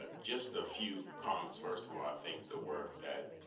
ah just a few comments. first of all, i think the work that,